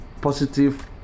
positive